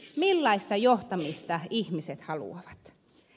millaista johtamista ihmiset haluavat